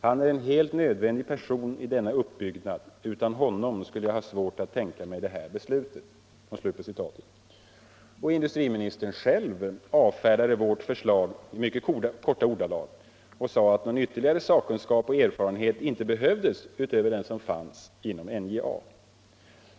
Han är en helt nödvändig person i denna uppbyggnad — utan honom skulle jag ha svårt att tänka mig det här beslutet.” Industriministern själv avfärdade vårt förslag i mycket korta ordalag och sade att någon ytterligare sakkunskap och erfarenhet inte behövdes utöver den som fanns inom NJA.